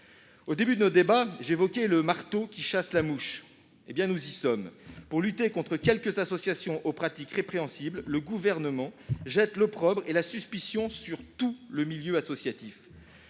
Au début de nos débats, j'ai évoqué le marteau qui chasse la mouche : nous y sommes ! Pour lutter contre quelques associations aux pratiques répréhensibles, le Gouvernement jette l'opprobre et la suspicion sur tout le milieu associatif.